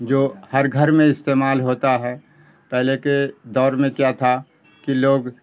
جو ہر گھر میں استعمال ہوتا ہے پہلے کے دور میں کیا تھا کہ لوگ